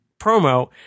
promo